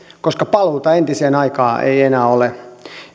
koska paluuta entiseen aikaan ei enää ole